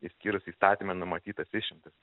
išskyrus įstatyme numatytas išimtis